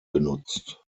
genutzt